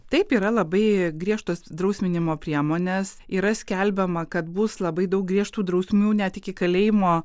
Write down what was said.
taip yra labai griežtos drausminimo priemonės yra skelbiama kad bus labai daug griežtų drausmių net iki kalėjimo